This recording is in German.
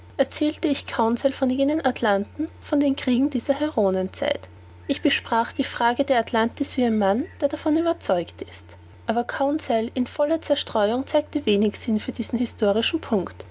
erzählte ich conseil von jenen atlanten von den kriegen dieser heroenzeit ich besprach die frage der atlantis wie ein mann der davon überzeugt ist aber conseil in voller zerstreuung zeigte wenig sinn für diesen historischen punkt